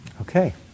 Okay